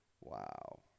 wow